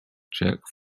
jerk